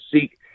seek